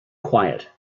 quiet